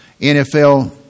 NFL